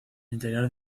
interior